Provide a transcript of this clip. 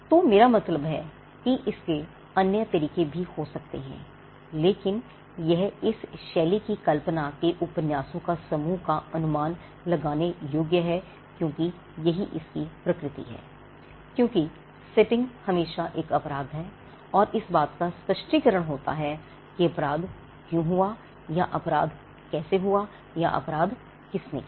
तो मेरा मतलब है कि इसके अन्य तरीके भी हो सकते हैं लेकिन यह इस शैली की कल्पना के उपन्यासों का समूह का अनुमान लगाने योग्य है क्योंकि यही इसकी प्रकृति है क्योंकि सेटिंग हमेशा एक अपराध है और इस बात का स्पष्टीकरण होता है कि अपराध क्यों हुआ या अपराध कैसे हुआ या अपराध किसने किया